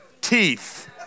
teeth